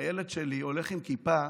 הילד שלי לא הולך עם כיפה